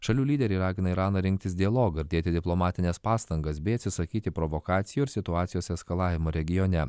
šalių lyderiai ragina iraną rinktis dialogą ir dėti diplomatines pastangas bei atsisakyti provokacijų ir situacijos eskalavimo regione